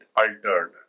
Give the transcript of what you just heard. altered